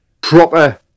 proper